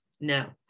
No